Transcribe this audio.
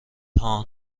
هان